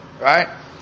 Right